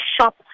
shop